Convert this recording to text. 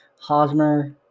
Hosmer